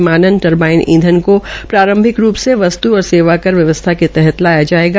विमानन टरवाई इंधन को प्रांरभिक रूप से वस्तू एवं सेवा कर व्यवस्था के तहत लाया जायेगा